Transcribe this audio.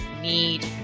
need